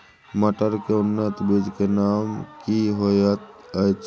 मटर के उन्नत बीज के नाम की होयत ऐछ?